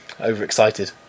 Overexcited